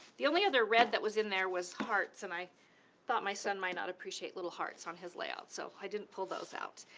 the only other red that was in there was hearts and i thought my son might not appreciate little hearts on his layouts. so i didn't pull those out.